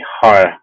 higher